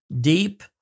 deep